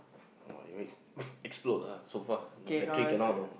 like explode lah so fast battery cannot know